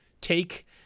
take